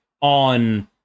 on